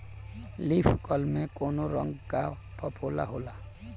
Leaf curl में कौने रंग का फफोला होला?